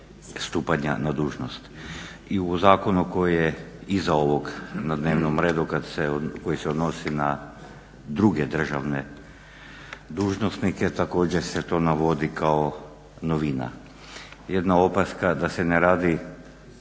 stupanja na dužnost i u zakonu koji je iza ovog na dnevnom redu koji se odnosi na druge državne dužnosnike također se to navodi kao novina. Jedna opaska da se ne radi